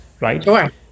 right